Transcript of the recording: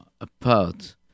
apart